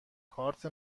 کارت